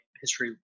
history